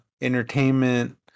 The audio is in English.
entertainment